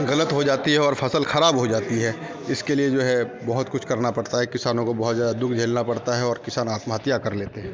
गलत हो जाती है और फसल ख़राब हो जाती है इसके लिए जो है बहुत कुछ करना पड़ता है किसानों को बहुत ज़्यादा दुःख झेलना पड़ता है और किसान आत्महत्या कर लेते हैं